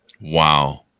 Wow